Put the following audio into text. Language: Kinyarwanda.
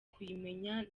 kuyimenya